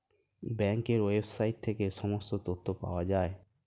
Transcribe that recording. ব্যাঙ্কের ওয়েবসাইট থেকে সমস্ত তথ্য পাওয়া যায়